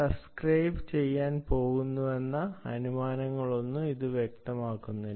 subscribe ചെയ്യാൻ പോകുന്നുവെന്ന അനുമാനങ്ങളൊന്നും ഇത് വ്യക്തമാക്കുന്നില്ല